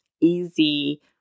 easy